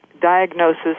diagnosis